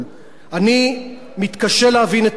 אני מתקשה להבין את העניין הזה,